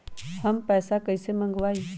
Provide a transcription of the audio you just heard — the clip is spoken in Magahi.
हम पैसा कईसे मंगवाई?